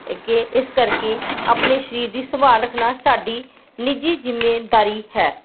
ਕਿ ਇਸ ਕਰਕੇ ਆਪਣੇ ਸਰੀਰ ਦੀ ਸੰਭਾਲ ਰੱਖਣਾ ਸਾਡੀ ਨਿੱਜੀ ਜ਼ਿੰਮੇਵਾਰੀ ਹੈ